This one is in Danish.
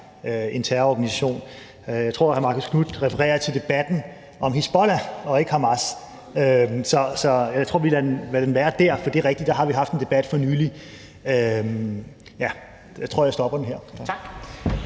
en terrororganisation. Jeg tror, hr. Marcus Knuth refererer til debatten om Hizbollah og ikke Hamas. Så jeg tror, vi lader den være der. For det er rigtigt, at der har vi haft en debat for nylig. Jeg tror, jeg stopper den her. Kl.